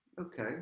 okay